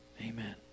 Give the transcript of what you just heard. Amen